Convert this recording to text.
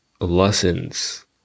lessons